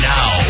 Now